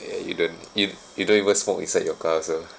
ya you don't if you don't even smoke inside your car also